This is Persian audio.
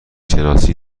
شناسی